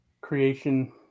creation